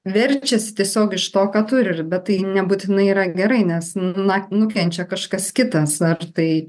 verčiasi tiesiog iš to ką tu ir bet tai nebūtinai yra gerai nes nukenčia kažkas kitas ar tai